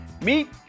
Meet